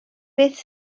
beth